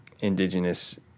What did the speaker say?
Indigenous